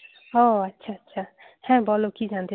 ও আচ্ছা আচ্ছা হ্যাঁ বলো কী জানতে চাও